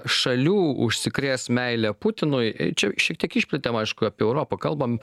šalių užsikrės meile putinui čia šiek tiek išplėtėm aišku apie europą kalbam